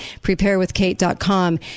Preparewithkate.com